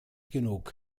genug